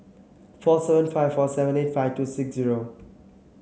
four seven five four seven eight five two six zero